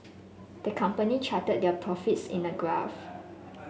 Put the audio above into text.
the company charted their profits in a graph